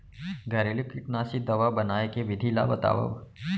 घरेलू कीटनाशी दवा बनाए के विधि ला बतावव?